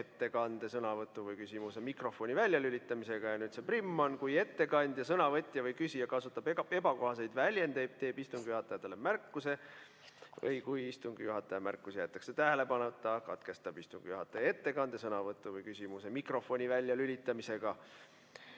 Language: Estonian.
ettekande, sõnavõtu või küsimuse mikrofoni väljalülitamisega." Ja nüüd lõige 11: "Kui ettekandja, sõnavõtja või küsija kasutab ebakohaseid väljendeid, teeb istungi juhataja talle märkuse. Kui istungi juhataja märkus jäetakse tähelepanuta, katkestab istungi juhataja ettekande, sõnavõtu või küsimuse mikrofoni väljalülitamisega."